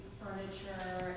furniture